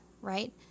right